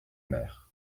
mer